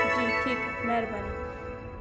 जी ठीक आहे महिरबानी